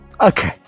Okay